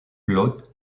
blot